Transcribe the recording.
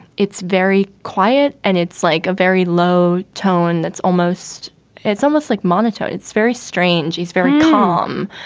it's very quiet and it's like a very low tone. that's almost it's almost like monotone. it's very strange. he's very calm.